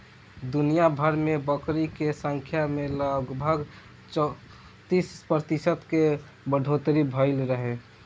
दुनियाभर में बकरी के संख्या में लगभग चौंतीस प्रतिशत के बढ़ोतरी भईल रहे